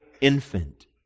infant